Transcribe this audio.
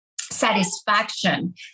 satisfaction